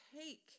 take